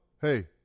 hey